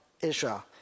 Israel